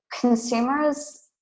consumers